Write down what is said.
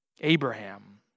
Abraham